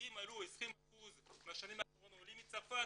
אם עלו 20% בשנים האחרונות עולים מצרפת,